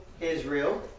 Israel